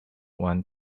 want